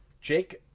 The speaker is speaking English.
Jake